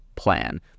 Plan